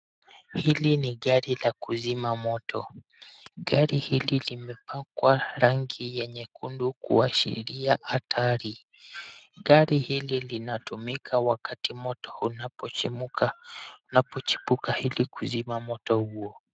Hili ni gari la kuzima moto. Gari hili limepakwa rangi ya nyekundu kuashiria hatari. Gari hili linatumiwa wakati moto unapochipuka ili kuzima moto huo.